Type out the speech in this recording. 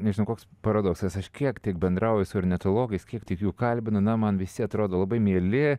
nežinau koks paradoksas aš kiek tik bendrauju su ornitologais kiek tik jų kalbinu na man visi atrodo labai mieli